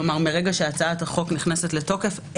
כלומר מרגע שהצעת החוק נכנסת לתוקף,